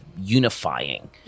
unifying